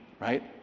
right